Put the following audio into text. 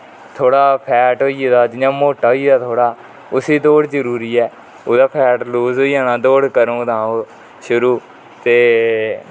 थोडा फैट होई गेदा जियां मोटा होई गेदा थोडा उसी दोड़ जरुरी ऐ ओहदा फैट लूज होई जाना दोड करग तां ओह् शुरु ते